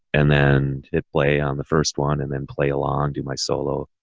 and then it play on the first one and then play along, do my solo.